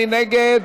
מי נגד?